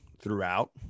throughout